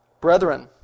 Brethren